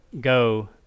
Go